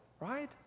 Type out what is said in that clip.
right